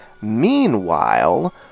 Meanwhile